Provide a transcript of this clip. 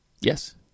Yes